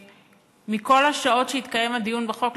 בכל השעות שהתקיים הדיון בחוק,